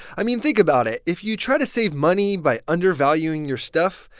i mean, think about it. if you try to save money by undervaluing your stuff,